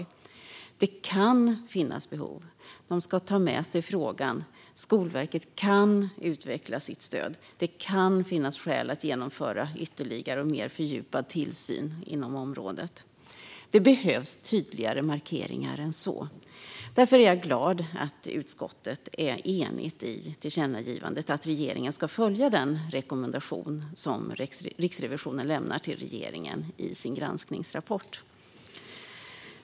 Man skriver att det kan finnas behov, att man ska ta med sig frågan, att Skolverket kan utveckla sitt stöd och att det kan finnas skäl att genomföra ytterligare och mer fördjupad tillsyn inom området. Det behövs tydligare markeringar än så. Därför är jag glad över att utskottet är enigt i tillkännagivandet att regeringen ska följa den rekommendation som Riksrevisionen lämnar till regeringen i sin granskningsrapport.